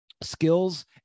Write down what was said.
skills